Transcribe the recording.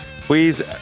Please